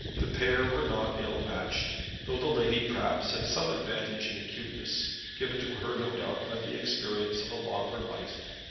the pair were not ill-matched, though the lady perhaps had some advantage in acuteness, given to her no doubt by the experience of a longer life.